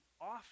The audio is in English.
often